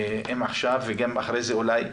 עכשיו וגם אחרי זה אולי,